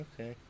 Okay